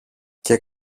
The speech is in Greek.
και